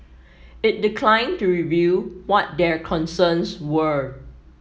it declined to reveal what their concerns were